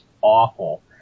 awful